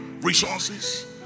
resources